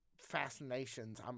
fascinations